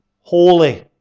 holy